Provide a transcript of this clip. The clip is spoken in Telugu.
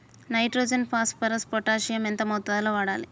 నైట్రోజన్ ఫాస్ఫరస్ పొటాషియం ఎంత మోతాదు లో వాడాలి?